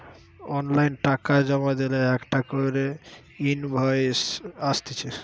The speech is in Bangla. অনলাইন টাকা জমা দিলে একটা করে ইনভয়েস আসতিছে